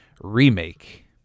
remake